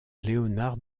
léonard